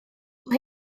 mae